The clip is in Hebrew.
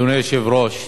אדוני היושב-ראש,